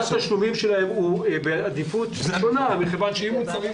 התשלומים שלהם הוא בעדיפות ראשונה בגלל שאם ראש רשות צריך